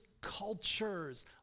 cultures